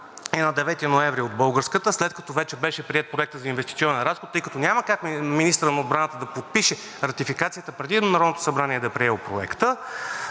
и на 9 ноември от българската, след като вече беше приет Проектът за инвестиционен разход, тъй като няма как министърът на отбраната да подпише ратификацията, преди Народното събрание да е приело Проекта,